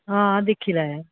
हां दिक्खी लैएआं